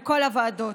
בכל הוועדות.